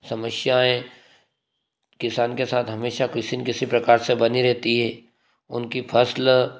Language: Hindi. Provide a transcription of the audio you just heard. समस्याएं किसान के साथ हमेशा किसी ना किसी प्रकार से बनी रहती है उनकी फसल